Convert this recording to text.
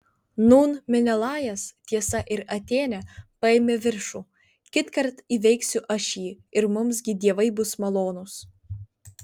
nūn menelajas tiesa ir atėnė paėmė viršų kitkart įveiksiu aš jį ir mums gi dievai bus malonūs